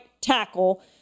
tackle